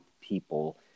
people